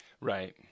Right